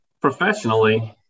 Professionally